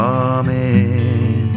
amen